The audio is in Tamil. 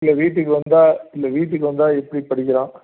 இல்லை வீட்டுக்கு வந்தால் இல்லை வீட்டுக்கு வந்தால் எப்படி படிக்கிறான்